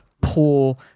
poor